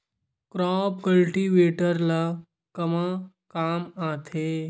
Crop cultivator ला कमा काम आथे?